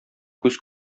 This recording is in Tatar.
күз